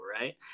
Right